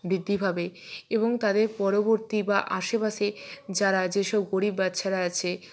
বৃদ্ধি পাবে এবং তাদের পরবর্তী বা আশেপাশে যারা যেসব গরিব বাচ্ছারা আছে